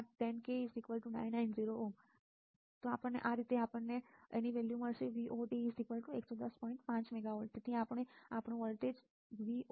તેથી આપણું output voltage VoT110